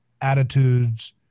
attitudes